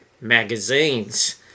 magazines